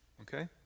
Okay